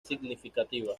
significativa